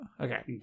Okay